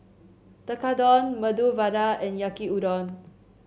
Tekkadon Medu Vada and Yaki Udon